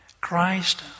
Christ